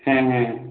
হ্যাঁ হ্যাঁ